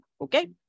okay